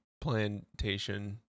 plantation